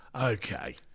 Okay